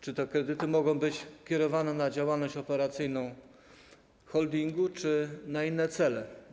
Czy te kredyty mogą być kierowane na działalność operacyjną holdingu, czy na inne cele?